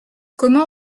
comment